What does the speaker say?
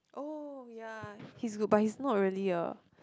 oh ya he's good but he's not really a